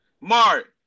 Mark